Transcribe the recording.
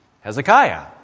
Hezekiah